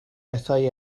bethau